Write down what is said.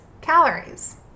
calories